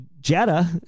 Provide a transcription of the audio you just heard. Jetta